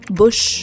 bush